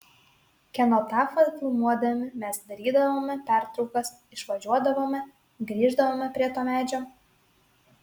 kenotafą filmuodami mes darydavome pertraukas išvažiuodavome grįždavome prie to medžio